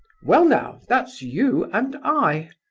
well now, that's you and i.